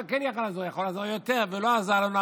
כן יכול היה לעזור או יכול היה לעזור יותר ולא עזר לנו,